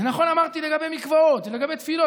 וזה נכון, אמרתי, לגבי מקוואות ולגבי תפילות.